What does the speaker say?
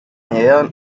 añadieron